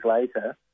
later